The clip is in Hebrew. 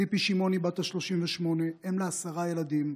ציפי שמעוני, בת 38, אם לעשרה ילדים,